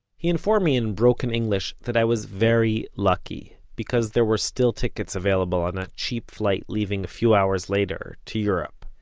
he informed me, in broken english, that i was very lucky because there were still tickets available on a cheap flight, leaving a few hours later, to europe.